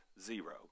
Zero